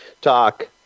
talk